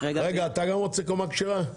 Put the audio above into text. רגע, אתה גם רוצה קומה כשרה?